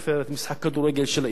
משחק כדורגל של העיר,